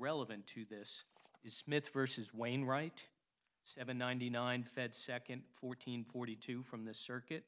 relevant to this is smith versus wainwright seven ninety nine fed second fourteen forty two from this circuit